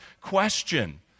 question